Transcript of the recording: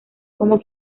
como